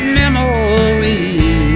memories